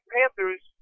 Panthers